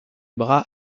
bras